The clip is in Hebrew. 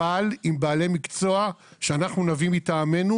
אבל עם בעלי מקצוע שאנחנו מביא מטעמנו,